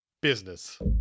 Business